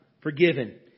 forgiven